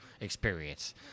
experience